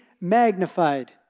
magnified